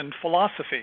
philosophy